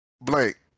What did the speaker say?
blank